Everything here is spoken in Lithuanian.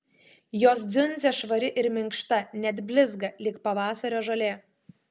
jos dziundzė švari ir minkšta net blizga lyg pavasario žolė